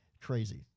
crazy